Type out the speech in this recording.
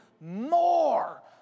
more